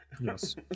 Yes